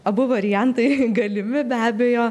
abu variantai galimi be abejo